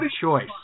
choice